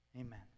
amen